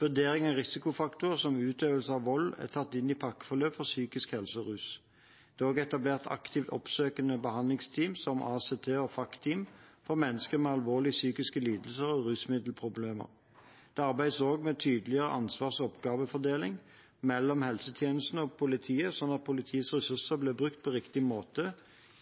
Vurdering av risikofaktorer som utøvelse av vold er tatt inn i pakkeforløp for psykisk helse og rus. Det er også etablert aktivt oppsøkende behandlingsteam som ACT- og FACT-team for mennesker med alvorlige psykiske lidelser og rusmiddelproblemer. Det arbeides også med å tydeliggjøre ansvars- og oppgavefordelingen mellom helsetjenestene og politiet, slik at politiets ressurser blir brukt på riktig måte